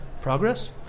progress